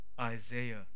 Isaiah